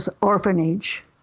orphanage